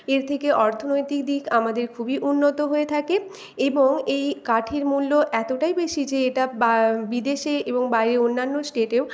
এর থেকে অর্থনৈতিক দিক আমাদের খুবই উন্নত হয়ে থাকে এবং এই কাঠের মূল্য এতটাই বেশী যে এটা বিদেশে এবং বাইরে অন্যান্য স্টেটেও